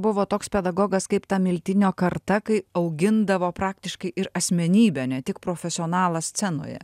buvo toks pedagogas kaip ta miltinio karta kai augindavo praktiškai ir asmenybę ne tik profesionalą scenoje